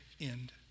end